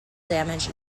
damage